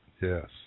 yes